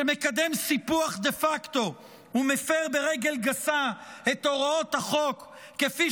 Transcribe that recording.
שמקדם סיפוח דה פקטו ומפר ברגל גסה את הוראות החוק כפי